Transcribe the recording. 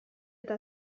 eta